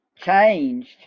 changed